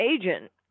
agent